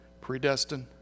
predestined